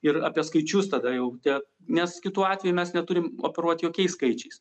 ir apie skaičius tada jau tie nes kitu atveju mes neturim operuoti jokiais skaičiais